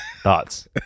Thoughts